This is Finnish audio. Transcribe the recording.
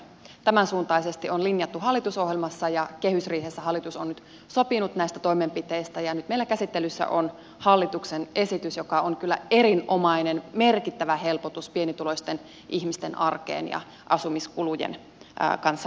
tämän suuntaisesti on linjattu hallitusohjelmassa ja kehysriihessä hallitus on nyt sopinut näistä toimenpiteistä ja nyt meillä käsittelyssä on hallituksen esitys joka on kyllä erinomainen merkittävä helpotus pienituloisten ihmisten arkeen ja asumiskulujen kanssa pärjäämiseen